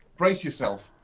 brace yourself.